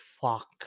fuck